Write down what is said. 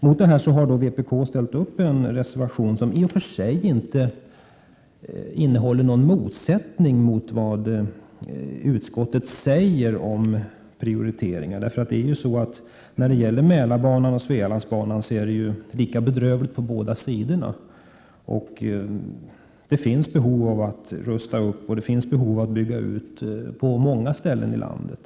Vpk har mot detta ställt upp en reservation som i och för sig inte står i något motsatsförhållande till utskottets skrivning beträffande prioriteringar. När det gäller Mälarbanan och Svealandsbanan är det lika bedrövligt på båda sidor. Det finns behov av att rusta upp och bygga ut på många ställen i landet.